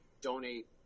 donate